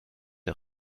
der